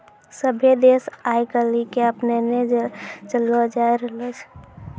सभ्भे देश आइ काल्हि के अपनैने चललो जाय रहलो छै